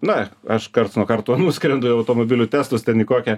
na aš karts nuo karto nuskrendu į automobilių testus ten į kokią